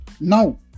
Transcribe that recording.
now